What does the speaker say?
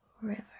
river